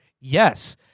Yes